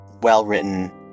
well-written